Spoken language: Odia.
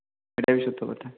ସେଇଟା ବି ସତ କଥା